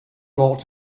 ought